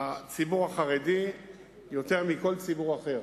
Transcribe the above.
הציבור החרדי משתמש יותר מכל ציבור אחר